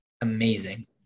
amazing